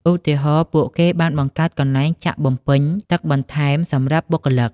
ឧទាហរណ៍ ពួកគេបានបង្កើតកន្លែងចាក់បំពេញទឹកបន្ថែមសម្រាប់បុគ្គលិក។